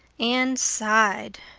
anne sighed.